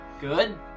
Good